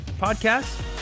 Podcast